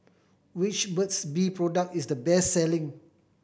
which Burt's Bee product is the best selling